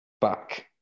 back